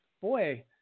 boy